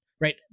Right